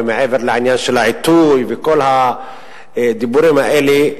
ומעבר לעניין של העיתוי וכל הדיבורים האלה,